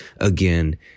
again